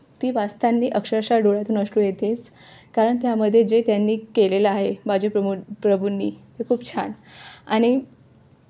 ती वाचताना अक्षरशः डोळ्यातून अश्रू येतेच कारण त्यामध्ये जे त्यांनी केलेलं आहे बाजी प्रभू प्रभूंनी ते खूप छान आणि